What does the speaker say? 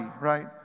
right